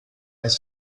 als